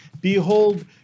behold